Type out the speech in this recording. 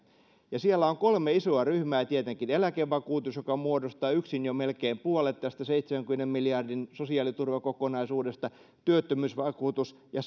ja siellä on kolme isoa ryhmää tietenkin eläkevakuutus joka muodostaa yksin jo melkein puolet tästä seitsemänkymmenen miljardin sosiaaliturvakokonaisuudesta työttömyysvakuutus ja